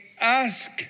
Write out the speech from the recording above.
ask